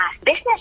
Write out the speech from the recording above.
business